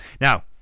Now